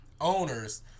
owners